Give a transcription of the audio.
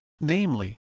namely